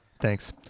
Thanks